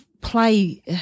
play